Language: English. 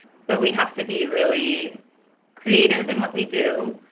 so we have to be really creative in what we do.